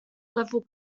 level